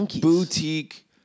boutique